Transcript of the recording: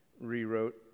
rewrote